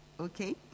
Okay